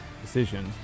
decision